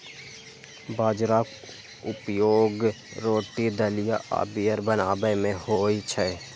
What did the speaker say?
बाजराक उपयोग रोटी, दलिया आ बीयर बनाबै मे होइ छै